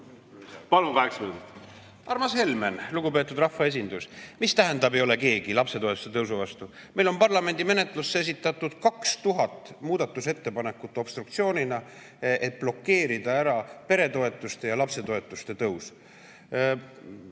minutit. Armas Helmen! Lugupeetud rahvaesindus! Mis tähendab, et ei ole keegi lapsetoetuste tõusu vastu? Meil on parlamendi menetlusse esitatud 2000 muudatusettepanekut obstruktsioonina, et blokeerida ära peretoetuste ja lapsetoetuste tõus.